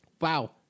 Wow